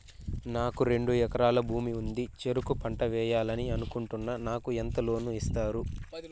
నాకు రెండు ఎకరాల భూమి ఉంది, చెరుకు పంట వేయాలని అనుకుంటున్నా, నాకు ఎంత లోను ఇస్తారు?